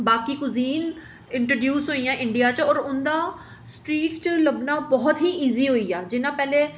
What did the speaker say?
बाकी cuisine introduce होई गेइयां इंडिया च और उं'दा स्ट्रीट च लब्भना बहुत ई इजी होई गेआ जि'यां पैह्लें